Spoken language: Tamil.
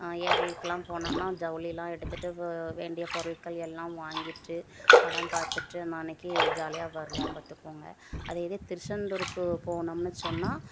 ஏரலுக்குலாம் போனோன்னா ஜவுளிலாம் எடுத்துட்டு வே வேண்டிய பொருள்கள் எல்லாம் வாங்கிட்டு படம் பார்த்துட்டு நான் அன்றைக்கி ஜாலியாக வருவோம் பார்த்துக்கோங்க அதே இது திருச்செந்தூருக்கு போனோம்னு சொன்னால்